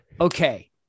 okay